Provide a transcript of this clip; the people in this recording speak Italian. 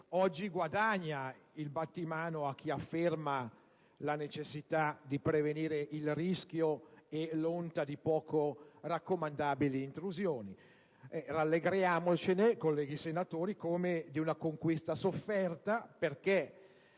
oggi, guadagna il battimano a chi afferma la necessità di prevenire il rischio e l'onta di poco raccomandabili intrusioni. Rallegriamocene, colleghi senatori, come di una conquista sofferta, perché,